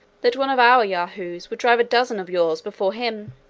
that one of our yahoos would drive a dozen of yours before him.